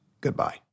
Goodbye